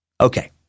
Okay